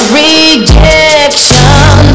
rejection